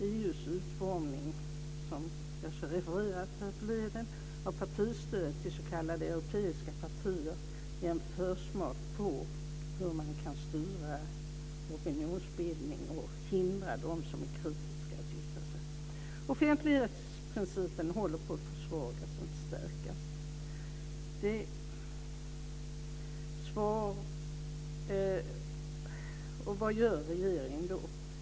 EU:s utformning av partistöd till s.k. europeiska partier ger en försmak på hur man kan styra opinionsbildning och hindra de som är kritiska att yttra sig. Offentlighetsprincipen håller på att försvagas, inte stärkas. Och vad gör regeringen då?